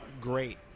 great